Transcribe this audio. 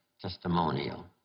testimonial